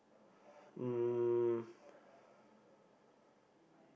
um